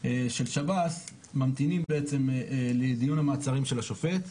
של שב"ס ממתינים בעצם לדיון המעצרים של השופט,